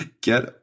Get